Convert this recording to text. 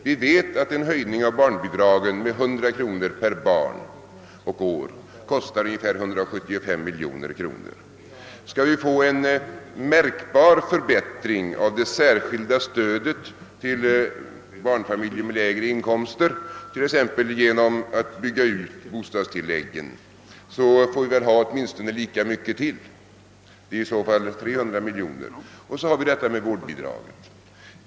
Vi vet att en höjning av barnbidragen med 100 kronor per barn och år kostar ungefär 175 miljoner kronor. Skall vi få en märkbar förbättring av det särskilda stödet till barnfamiljer med lägre inkomster, t.ex. genom att bygga ut bostadstilläggen, får vi väl beräkna åtminstone lika mycket till. Det gör i så fall kanske 300 miljoner kronor. Och så har vi vårdbidraget.